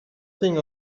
thing